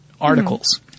articles